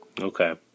Okay